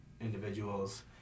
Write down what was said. individuals